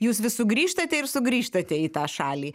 jūs vis sugrįžtate ir sugrįžtate į tą šalį